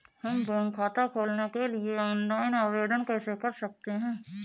हम बैंक खाता खोलने के लिए ऑनलाइन आवेदन कैसे कर सकते हैं?